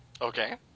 Okay